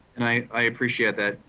i appreciate that,